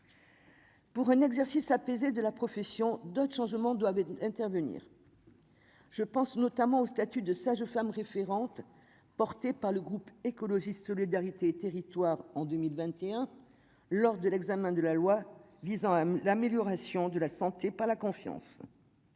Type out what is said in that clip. Pour un exercice apaisée de la profession d'autres changements doivent intervenir, je pense notamment au statut de sage-femme référente porté par le groupe écologiste solidarité territoires en 2021 lors de l'examen de la loi. Visant à l'amélioration de la santé, pas la confiance